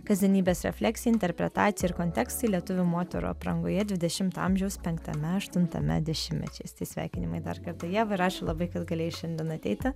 kasdienybės refleksija interpretacija ir kontekstai lietuvių moterų aprangoje dvidešimto amžiaus penktame aštuntame dešimtmečiais tai sveikinimai dar kartą ieva ir ačiū labai kad galėjai šiandien ateiti